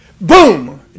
boom